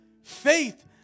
Faith